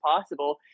possible